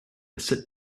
sit